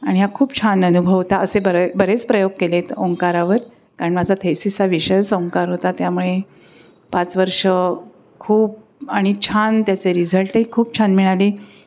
आणि हा खूप छान अनुभव होता असे बरे बरेच प्रयोग केलेत ओंकारावर कारण माझा थेसिसचा विषयच ओंकार होता त्यामुळे पाच वर्ष खूप आणि छान त्याचे रिझल्टही खूप छान मिळाले